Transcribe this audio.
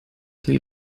pli